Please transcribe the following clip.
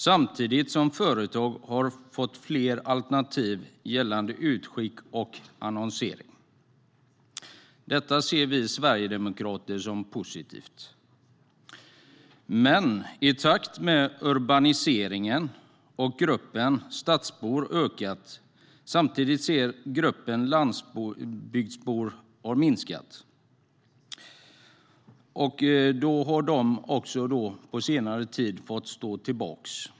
Samtidigt har företag fått fler alternativ gällande utskick och annonsering. Detta ser vi sverigedemokrater som positivt. Men i takt med urbaniseringen och att gruppen stadsbor ökat har gruppen landsbygdsbor minskat. De har på senare tid fått stå tillbaka.